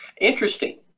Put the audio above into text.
interesting